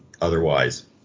otherwise